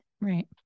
Right